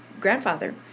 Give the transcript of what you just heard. grandfather